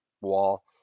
wall